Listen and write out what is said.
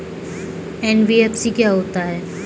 NBFC क्या होता है?